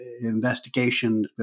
investigation